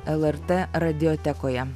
lrt radiotekoje